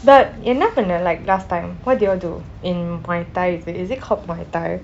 but என்ன பன்றேன்:enna panraen like last time what did you all do in muay thai is it is it called muay thai